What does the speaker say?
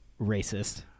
Racist